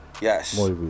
Yes